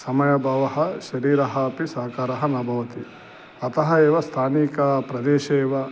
ण समयभावः शरीरः अपि सहकारः न भवति अतः एव स्तानीकप्रदेशे एव